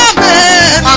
Amen